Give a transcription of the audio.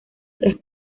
tras